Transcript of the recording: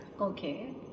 Okay